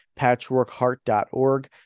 patchworkheart.org